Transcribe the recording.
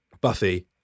Buffy